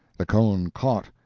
the cone caught,